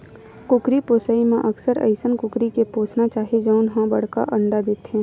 कुकरी पोसइ म अक्सर अइसन कुकरी के पोसना चाही जउन ह बड़का अंडा देथे